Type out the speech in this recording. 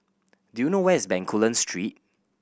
do you know where is Bencoolen Street